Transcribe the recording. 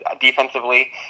defensively